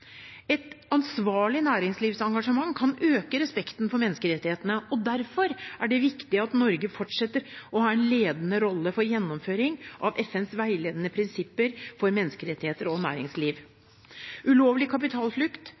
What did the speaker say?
Et ansvarlig næringslivsengasjement kan øke respekten for menneskerettighetene, og derfor er det viktig at Norge fortsetter å ha en ledende rolle for gjennomføring av FNs veiledende prinsipper for menneskerettigheter og næringsliv. Ulovlig kapitalflukt,